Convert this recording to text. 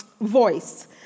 voice